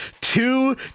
two